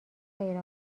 غیر